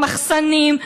מחסנים,